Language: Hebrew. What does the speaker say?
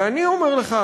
ואני אומר לך,